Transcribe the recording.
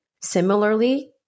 similarly